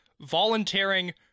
volunteering